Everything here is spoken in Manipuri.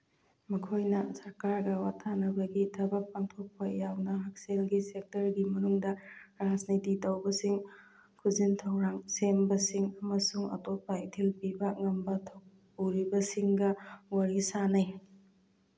ꯃꯈꯣꯏꯅ ꯁꯔꯀꯥꯔꯗ ꯋꯥꯇꯥꯟꯅꯕꯒꯤ ꯊꯕꯛ ꯄꯥꯡꯊꯣꯛꯄ ꯌꯥꯎꯅ ꯍꯛꯁꯦꯜꯒꯤ ꯁꯦꯛꯇꯔꯒꯤ ꯃꯅꯨꯡꯗ ꯔꯥꯖꯅꯤꯇꯤ ꯇꯧꯕꯁꯤꯡ ꯈꯨꯖꯤꯟ ꯊꯧꯔꯥꯡ ꯁꯦꯝꯕꯁꯤꯡ ꯑꯃꯁꯨꯡ ꯑꯇꯣꯞꯄ ꯏꯊꯤꯜ ꯄꯤꯕ ꯉꯝꯕ ꯊꯧ ꯄꯨꯔꯤꯕꯁꯤꯡꯒ ꯋꯥꯔꯤ ꯁꯥꯟꯅꯩ